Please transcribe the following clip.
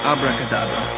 Abracadabra